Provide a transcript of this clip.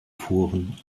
fuhren